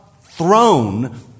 throne